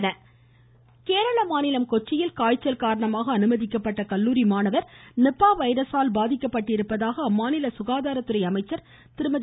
Nipah virus Kerala மாநிலம் கொச்சியில் காய்ச்சல் காரணமாக அனுமதிக்கப்பட்ட கல்லுாரி மாணவர் நிபா வைரஸால் பாதிக்கப்பட்டுள்ளதாக அம்மாநில சுகாதார துறை அமைச்சர் திருமதி